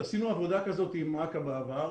עשינו עבודה כזאת עם אכ"א בעבר.